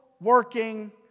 working